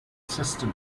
system